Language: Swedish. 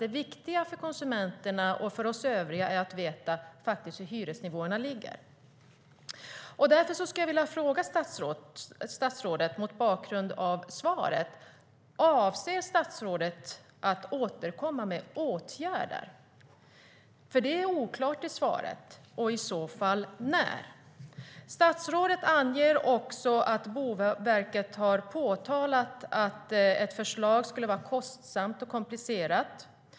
Det viktiga för konsumenterna och oss övriga är att veta var hyresnivåerna ligger. Mot bakgrund av svaret skulle jag vilja fråga statsrådet om han avser att återkomma med åtgärder och i så fall när. Det är nämligen oklart i svaret. Statsrådet anger också att Boverket har påtalat att ett förslag skulle vara kostsamt och komplicerat.